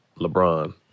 LeBron